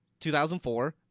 2004